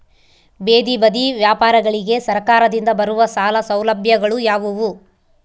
ಬೇದಿ ಬದಿ ವ್ಯಾಪಾರಗಳಿಗೆ ಸರಕಾರದಿಂದ ಬರುವ ಸಾಲ ಸೌಲಭ್ಯಗಳು ಯಾವುವು?